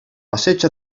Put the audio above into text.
passeig